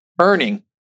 earning